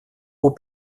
haut